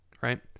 right